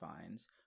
finds